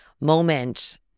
moment